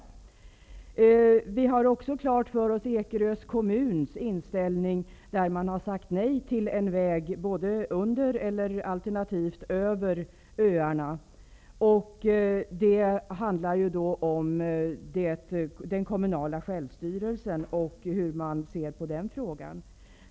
Vi i Centern har också klart för oss Ekerö kommuns inställning. Man har sagt nej till en väg både under och alternativt över öarna. Det handlar om den kommunala självstyrelsen och hur man ser på den.